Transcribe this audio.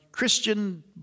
Christian